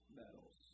medals